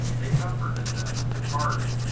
they comforted them, and departed.